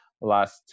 last